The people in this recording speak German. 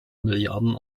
milliarden